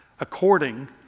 according